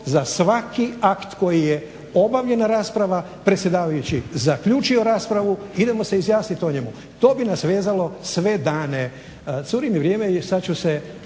za svaki akt koji je obavljena rasprava, predsjedavajući zaključio raspravu, idemo se izjasniti o njemu. To bi nas vezalo sve dane. Curi mi vrijeme. Sad ću se